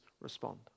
respond